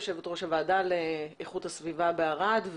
יו"ר הוועדה לאיכות הסביבה בערד,